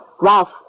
Ralph